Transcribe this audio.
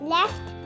Left